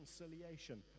reconciliation